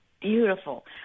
Beautiful